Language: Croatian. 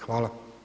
Hvala.